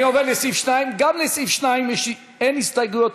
אני עובר לסעיף 2. גם לסעיף 2 אין הסתייגויות,